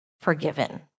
forgiven